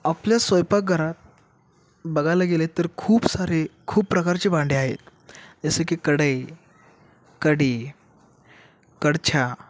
आपल्या स्वयंपाकघरात बघायला गेले तर खूप सारे खूप प्रकारचे भांडे आहेत जसे की कढई कडी कडछा